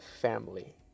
family